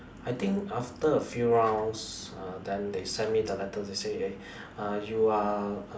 I think after a few rounds uh then they send me the letter they say eh uh you are